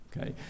okay